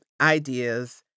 ideas